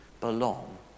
belong